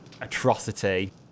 atrocity